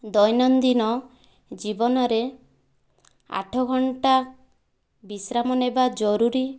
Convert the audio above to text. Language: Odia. ଦୈନନ୍ଦିନ ଜୀବନରେ ଆଠ ଘଣ୍ଟା ବିଶ୍ରାମ ନେବା ଜରୁରୀ